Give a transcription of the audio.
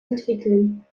entwickeln